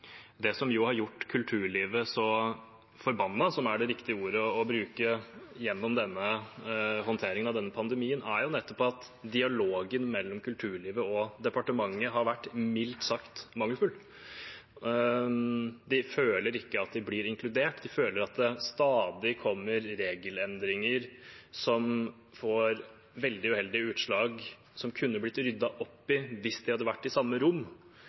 det som har gjort kulturlivet så forbanna – som er det riktige ordet å bruke – gjennom håndteringen av denne pandemien, er nettopp at dialogen mellom kulturlivet og departementet har vært mildt sagt mangelfull. De føler ikke at de blir inkludert. De føler at det stadig kommer regelendringer som får veldig uheldige utslag, som kunne blitt ryddet opp i hvis de hadde vært i samme rom